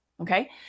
okay